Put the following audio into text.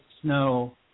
snow